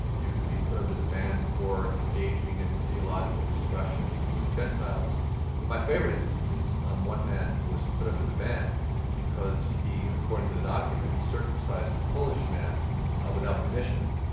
you could be put under the ban for engaging in theological discussions with gentiles, and my favourite instance is um one man who was put under the ban because he according to the document, he circumcised a polish man without permission.